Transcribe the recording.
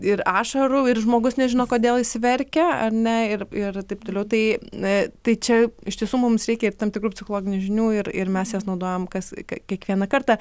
ir ašarų ir žmogus nežino kodėl jis verkia ar ne ir ir taip toliau tai tai čia iš tiesų mums reikia ir tam tikrų psichologinių žinių ir ir mes jas naudojam kas ką kiekvieną kartą